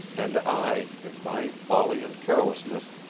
and i, in my folly and carelessness,